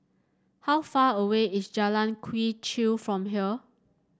how far away is Jalan Quee Chew from here